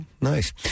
nice